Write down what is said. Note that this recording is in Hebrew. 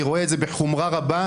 אני רואה את זה בחומרה רבה.